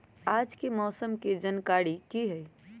आज के मौसम के जानकारी कि हई?